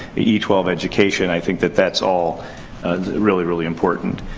e twelve education, i think that that's all really, really important.